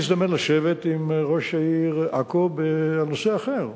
לי הזדמן לשבת עם ראש העיר עכו על נושא אחר,